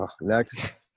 next